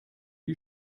die